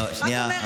רק אומרת, תיזהרו.